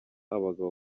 abagabo